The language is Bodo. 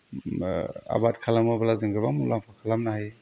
आबाद खालामोब्ला जों गोबां मुलाम्फा खालामनो हायो